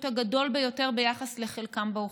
הוא הגדול ביותר ביחס לחלקם באוכלוסייה.